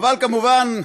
אבל כמובן,